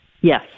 Yes